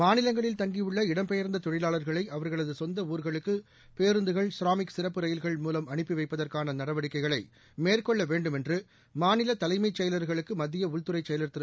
மாநிலங்களில் தங்கியுள்ள இடம்பெயர்ந்த தொழிலாளர்களை அவர்களது சொந்த ஊர்களுக்கு பேருந்துகள் ஷ்ராமிக் சிறப்பு ரயில்கள் மூலம் அனுப்பி வைப்பதற்கான நடவடிக்கைகளை மேற்கொள்ள வேண்டும் என்று மாநில தலைமைச் செயலாளர்களுக்கு மத்திய உள்துறை செயலர் திரு